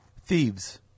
thieves